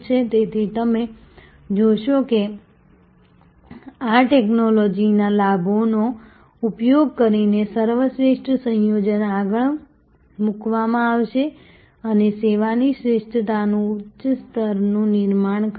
તેથી તમે જોશો કે આ ટેક્નોલૉજીના લાભનો ઉપયોગ કરીને સર્વશ્રેષ્ઠ સંયોજન આગળ મૂકવામાં આવશે જે સેવાની શ્રેષ્ઠતાનું ઉચ્ચ સ્તરનું નિર્માણ કરશે